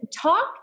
talk